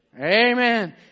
Amen